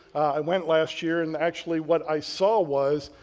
i went last year and actually what i saw was,